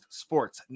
sports